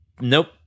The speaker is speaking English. Nope